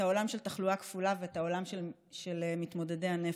העולם של תחלואה כפולה ואת העולם של מתמודדי הנפש,